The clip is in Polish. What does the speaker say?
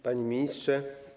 Panie Ministrze!